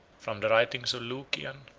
from the writings of lucian,